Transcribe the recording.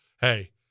hey